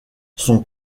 son